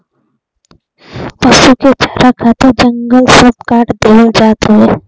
पसु के चारा खातिर जंगल सब काट देवल जात हौ